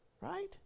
Right